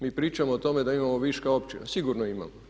Mi pričamo o tome da imamo viška opcija, sigurno imamo.